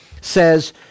says